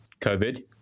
COVID